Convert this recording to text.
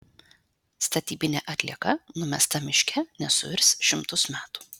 statybinė atlieka numesta miške nesuirs šimtus metų